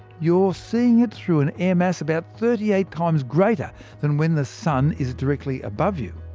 you're seeing it through an air mass about thirty eight times greater than when the sun is directly above you.